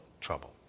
trouble